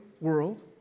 world